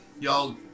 y'all